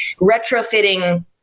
retrofitting